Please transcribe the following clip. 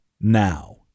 now